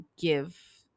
give